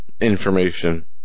information